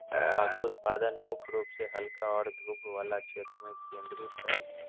तम्बाकू उत्पादन मुख्य रूप से हल्का और धूप वला क्षेत्र में केंद्रित हइ